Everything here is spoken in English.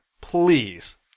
please